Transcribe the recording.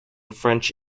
french